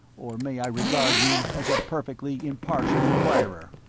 or may i regard you as a perfectly impartial enquirer?